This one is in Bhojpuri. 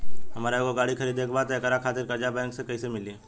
हमरा एगो गाड़ी खरीदे के बा त एकरा खातिर कर्जा बैंक से कईसे मिली?